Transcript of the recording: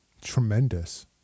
Tremendous